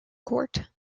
court